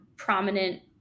prominent